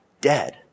dead